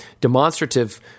demonstrative